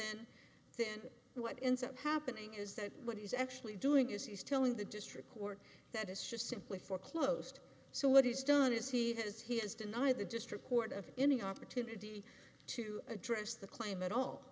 and then what incident happening is that what he's actually doing is he's telling the district court that is just simply foreclosed so what he's done is he has he has denied the district court of any opportunity to address the claim at all